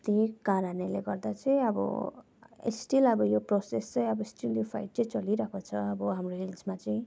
ती कारणहरूले गर्दा चाहिँ अब स्टिल अब यो प्रोसेस चाहिँ अब स्टिल यो फाइट चाहिँ चलिरहेको छ अब हाम्रो हिल्समा चाहिँ